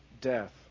death